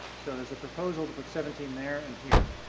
so there's a proposal to put seventeen there and here.